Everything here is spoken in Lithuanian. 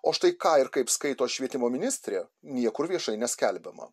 o štai ką ir kaip skaito švietimo ministrė niekur viešai neskelbiama